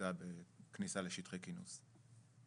שהתרסקה בכניסה לשטחי כינוס.